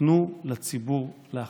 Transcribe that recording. תנו לציבור להחליט.